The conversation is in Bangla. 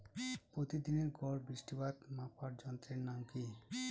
প্রতিদিনের গড় বৃষ্টিপাত মাপার যন্ত্রের নাম কি?